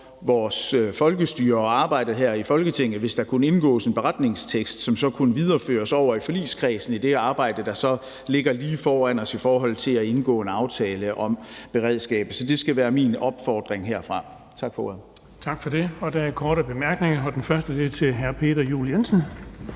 vores folkestyre og arbejdet her i Folketinget, hvis der kunne indgås en beretningstekst, som så kunne videreføres over i forligskredsen i det arbejde, der så ligger lige foran os i forhold til at indgå en aftale om beredskabet. Så det skal være min opfordring herfra. Tak for ordet. Kl. 10:43 Den fg. formand (Erling Bonnesen):